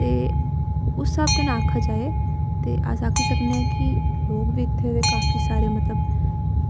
ते उस स्हाबै नै आखेआ जाए ते अस आक्खी सकनेआं की लोग बी इत्थै दे काफी सारे मतलब